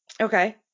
Okay